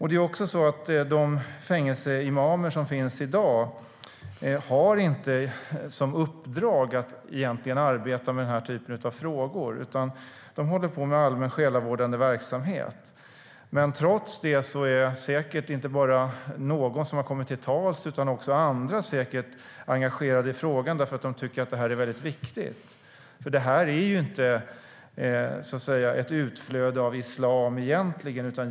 Det är också så att de fängelseimamer som finns i dag egentligen inte har som uppdrag att arbeta med den här typen av frågor. De håller på med allmän själavårdande verksamhet. Trots det är säkert inte bara någon som har kommit till tals utan också andra engagerade i frågan, för de tycker att det här är väldigt viktigt. Det här är inte, så att säga, ett utflöde av islam egentligen.